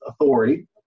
authority